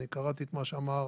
קראתי את מה שאמר